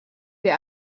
der